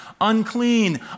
unclean